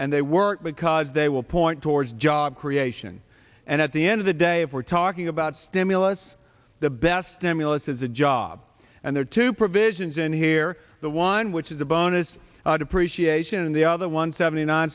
and they work because they will point towards job creation and at the end of the day if we're talking about stimulus the best amulets is a job and there are two provisions in here the one which is the bonus depreciation and the other one seventy nine